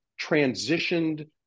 transitioned